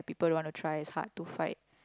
people want to try is hard to fight